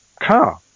car